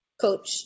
coach